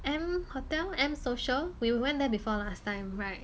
M hotel M social we went there before last time right